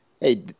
hey